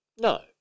No